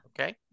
okay